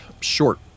short